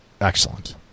excellent